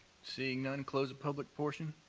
seeing none, close the public portion.